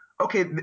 okay